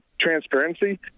transparency